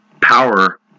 power